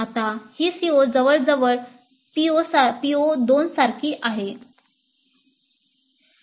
आता ही CO जवळजवळ PO 2 सारखी आहे